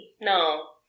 No